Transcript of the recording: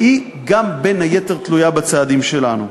והיא גם, בין היתר, תלויה בצעדים שלנו.